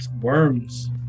Worms